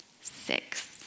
Six